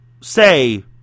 say